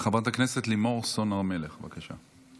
חברת הכנסת לימור סון הר מלך, בבקשה.